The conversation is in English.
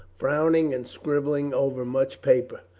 frowning and scribbling over much paper.